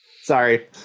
sorry